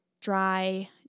dry